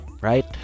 Right